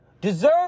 deserve